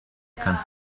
kannst